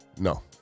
no